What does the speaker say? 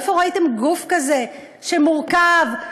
איפה ראיתם גוף כזה שמורכב כך,